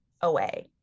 away